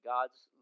God's